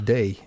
Day